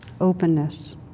openness